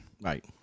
Right